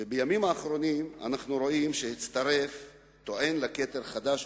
בימים האחרונים אנחנו רואים שהצטרף טוען לכתר חדש,